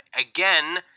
again